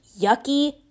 yucky